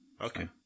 Okay